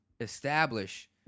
establish